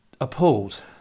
appalled